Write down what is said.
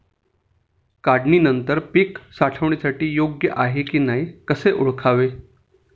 काढणी नंतर पीक साठवणीसाठी योग्य आहे की नाही कसे ओळखावे?